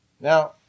Now